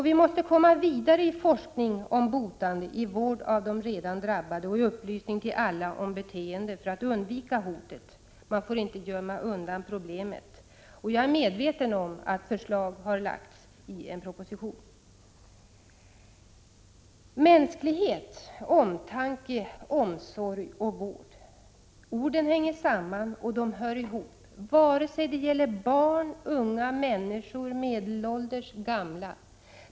Vi måste komma vidare i forskning om botande, i vård av de redan drabbade och i upplysning till alla om beteende för att undvika hotet. Man får inte gömma undan problemet. Jag är medveten om att förslag har framlagts i en proposition. Mänsklighet, omtanke, omsorg och vård! Orden hänger samman och hör ihop vare sig det gäller barn, unga människor, medelålders, gamla.